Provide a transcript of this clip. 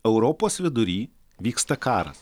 europos vidury vyksta karas